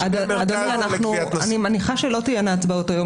אדוני, אני מניחה שלא תהיינה הצבעות היום.